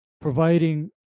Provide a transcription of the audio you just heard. providing